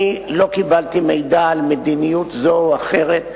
אני לא קיבלתי מידע על מדיניות זו או אחרת.